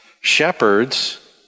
Shepherds